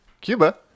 Cuba